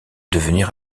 devenir